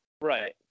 right